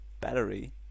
battery